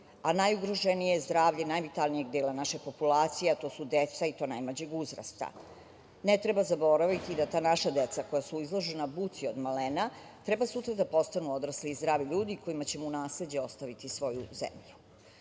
a najugroženije je zdravlje najvitalnijeg dela naše populacije, a to su deca i to najmlađeg uzrasta. Ne treba zaboraviti da ta naša deca, koja su izložena buci od malena, treba sutra da postanu odrasli i zdravi ljudi kojima ćemo u nasleđe ostaviti svoju zemlju. Buku